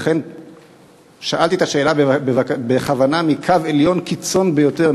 לכן שאלתי את השאלה בכוונה מקו עליון קיצון ביותר,